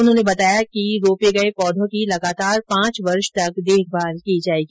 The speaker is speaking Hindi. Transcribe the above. उन्होंने बताया कि रोपे गये पौधों की लगातार पांच वर्ष तक देखभाल की जायेगी